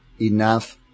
enough